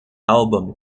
album